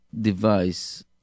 device